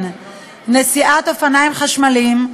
נסיעת אופניים חשמליים,